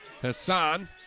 Hassan